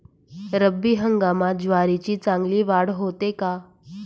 रब्बी हंगामात ज्वारीची चांगली वाढ होते का?